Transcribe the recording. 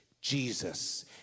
Jesus